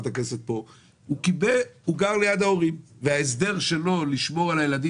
הוא גר ליד ההורים וההסדר שלו לשמור על הילדים